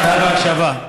אתה בהקשבה.